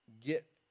get